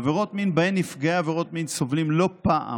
בעבירות מין, שבהן נפגעי עבירות מין סובלים לא פעם